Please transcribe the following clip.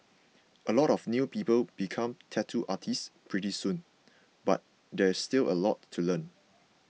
a lot of new people become tattoo artists pretty soon but there's still a lot to learn